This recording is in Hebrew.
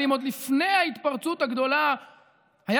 אבל אם עוד לפני ההתפרצות הגדולה היה